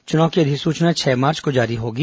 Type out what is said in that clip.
चुनाव की अधिसूचना छह मार्च को जारी होगी